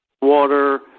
water